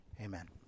Amen